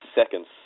seconds